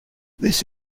this